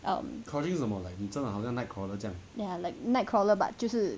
um ya like nightcrawler but 就是